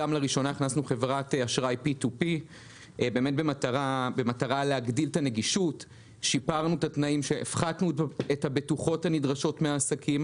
ולראשונה הכנסנו גם חברת אשראי P2P. הפחתנו את הבטוחות הנדרשות מהעסקים